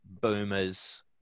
boomers